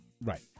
Right